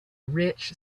rich